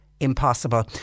Impossible